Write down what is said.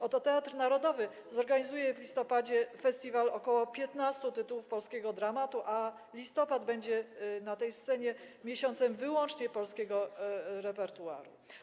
Oto Teatr Narodowy zorganizuje w listopadzie festiwal ok. 15 tytułów polskiego dramatu, a listopad będzie na tej scenie miesiącem wyłącznie polskiego repertuaru.